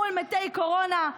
מול מתי קורונה,